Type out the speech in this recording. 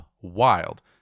wild